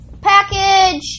package